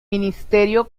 ministerio